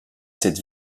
cette